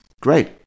Great